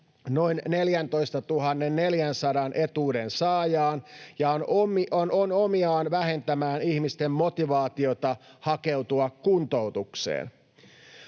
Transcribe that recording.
noin 14 400 etuudensaajaan ja on omiaan vähentämään ihmisten motivaatiota hakeutua kuntoutukseen.